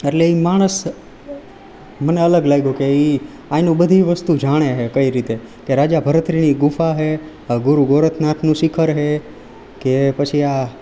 એટલે એ માણસ મને અલગ લાગ્યો કે એ અહીંનું બધુંય વસ્તુ જાણે છે કઈ રીતે કે રાજા ભરથરીની ગુફા છે ગુરું ગોરખનાથનું શિખર છે કે પછી આ